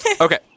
Okay